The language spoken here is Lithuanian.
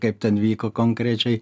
kaip ten vyko konkrečiai